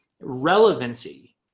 Relevancy